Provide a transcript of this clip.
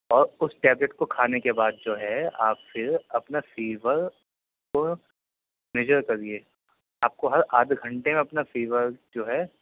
اور اس ٹیبلیٹ کو کھانے کے بعد جو ہے آپ پھر اپنا فیور کو میجر کریے آپ کو ہر آدھے گھنٹے میں اپنا فیور جو ہے